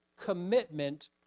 commitment